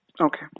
Okay